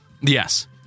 Yes